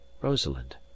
Rosalind